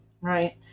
right